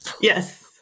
Yes